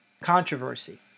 Controversy